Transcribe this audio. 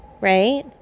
right